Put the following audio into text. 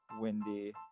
windy